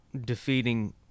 defeating